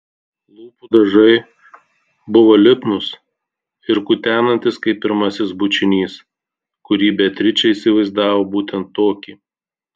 lūpų dažai buvo lipnūs ir kutenantys kaip pirmasis bučinys kurį beatričė įsivaizdavo būtent tokį